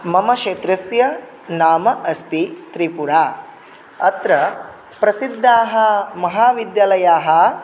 मम क्षेत्रस्य नाम अस्ति त्रिपुरा अत्र प्रसिद्धाः महाविद्यालयाः